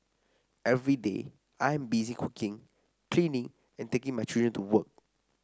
every day I am busy cooking cleaning and taking my children to